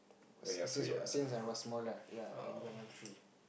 since since I was smaller ya and when I'm free